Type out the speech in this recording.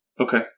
okay